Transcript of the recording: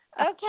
Okay